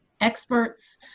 experts